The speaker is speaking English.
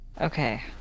Okay